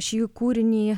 šį kūrinį